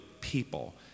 people